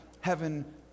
heaven